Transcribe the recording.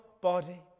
body